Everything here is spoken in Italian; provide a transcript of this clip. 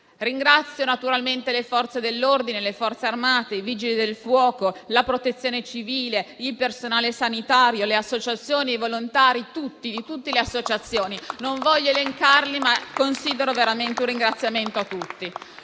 Ringrazio naturalmente le Forze dell'ordine, le Forze armate, i Vigili del fuoco, la Protezione civile, il personale sanitario, le associazioni e i volontari tutti. Non posso elencarli, ma voglio rivolgere veramente un ringraziamento a tutti.